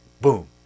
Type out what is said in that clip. boom